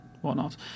whatnot